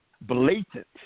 blatant